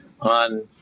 on